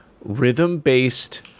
rhythm-based